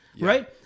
right